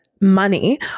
money